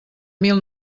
mil